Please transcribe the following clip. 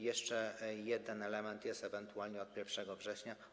Jeszcze jeden element jest ewentualnie od 1 września.